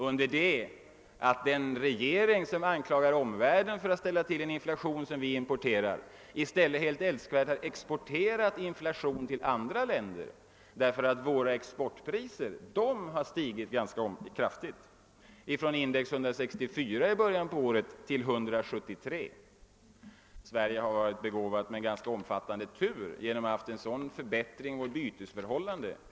Under det att vår regering felaktigt anklagar omvärlden för att ha en inflation, som vi skulle >»importera«, har vi helt älskvärt i stället >exporterat> vår inflation till andra länder. Våra exportpriser har nämligen stigit ganska kraftigt, från ett index av 164 i början av året till 173. Sverige har varit begåvat med en ganska omfattande tur genom att få denna förbättring av vårt bytesförhållande.